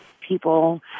people